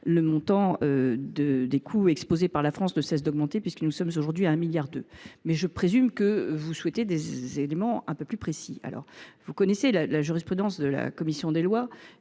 le montant des coûts supportés par la France ne cesse d’augmenter puisqu’ils s’élèvent aujourd’hui à 1,2 milliard d’euros. Mais je présume que vous souhaitez des éléments un peu plus précis… Quoi qu’il en soit, vous connaissez la jurisprudence de la commission des lois